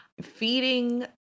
feeding